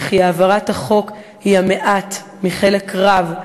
וכי העברת החוק היא המעט מחלק רב שאנו,